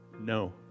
No